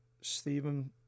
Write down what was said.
Stephen